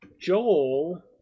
Joel